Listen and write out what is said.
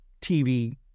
TV